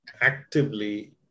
actively